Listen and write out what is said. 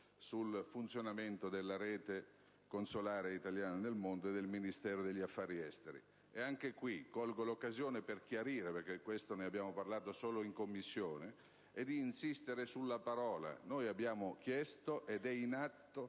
sul funzionamento della rete consolare italiana nel mondo e del Ministero degli affari esteri. Colgo l'occasione per chiarire - perché ne abbiamo parlato solo in Commissione - ed insistere sulla parola: noi abbiamo chiesto, ed è in atto,